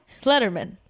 Letterman